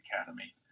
Academy